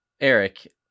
Eric